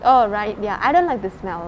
oh right ya I don't like the smell